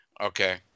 okay